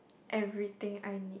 everything I need